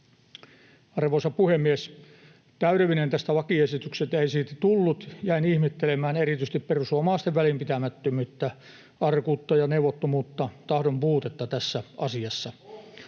Arvoisa puhemies! Täydellinen tästä lakiesitykset ei silti tullut. Jäin ihmettelemään erityisesti perussuomalaisten välinpitämättömyyttä, arkuutta, neuvottomuutta ja tahdon puutetta tässä asiassa.